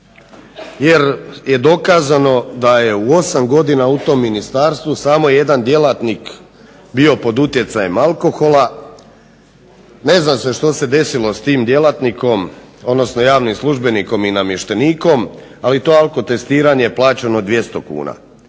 jer je dokazano da je u 8 godina u tom ministarstvu samo jedan djelatnik bio pod utjecajem alkohola. Ne zna se što se desilo s tim djelatnikom, odnosno javnim službenikom i namještenikom ali to alkotestiranje je plaćeno 200 kuna.